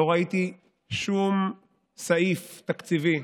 לא ראיתי שום סעיף תקציבי,